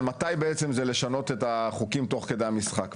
מתי בעצם זה לשנות את החוקים תוך כדי המשחק.